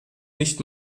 nicht